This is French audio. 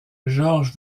george